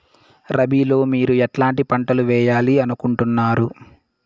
రబిలో మీరు ఎట్లాంటి పంటలు వేయాలి అనుకుంటున్నారు?